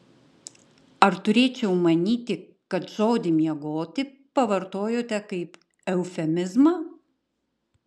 ar turėčiau manyti kad žodį miegoti pavartojote kaip eufemizmą